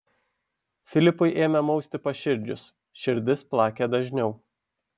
filipui ėmė mausti paširdžius širdis plakė dažniau